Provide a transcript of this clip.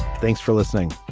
thanks for listening